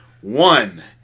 One